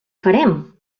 farem